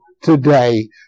today